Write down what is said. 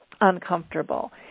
uncomfortable